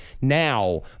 now